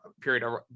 period